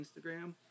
Instagram